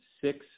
six